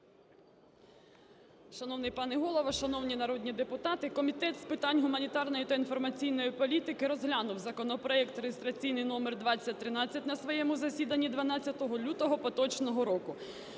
Шановний пане Голово, шановні народні депутати, Комітет з питань гуманітарної та інформаційної політики розглянув законопроект реєстраційний номер 2013 на своєму засіданні 12 лютого поточного року.